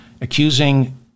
accusing